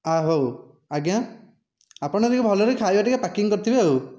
ହଁ ହେଉ ଆଜ୍ଞା ଆପଣ ଟିକିଏ ଭଲରେ ଖାଇବା ଟିକିଏ ପ୍ୟାକିଙ୍ଗ କରିଥିବେ ଆଉ